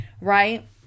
right